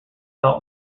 salt